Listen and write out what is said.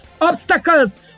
Obstacles